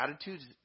attitudes